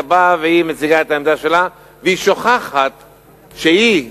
באה ומציגה את העמדה שלה והיא שוכחת שהיא,